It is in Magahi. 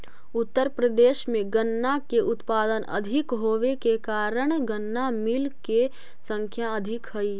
उत्तर प्रदेश में गन्ना के उत्पादन अधिक होवे के कारण गन्ना मिलऽ के संख्या अधिक हई